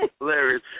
Hilarious